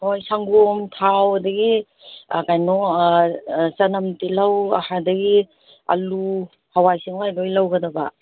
ꯍꯣꯏ ꯁꯪꯒꯣꯝ ꯊꯥꯎ ꯑꯗꯒꯤ ꯀꯩꯅꯣ ꯆꯅꯝ ꯇꯤꯜꯂꯧ ꯑꯗꯒꯤ ꯑꯜꯂꯨ ꯍꯋꯥꯏ ꯆꯦꯡꯋꯥꯏ ꯂꯣꯏꯅ ꯂꯧꯒꯗꯕ